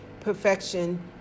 Perfection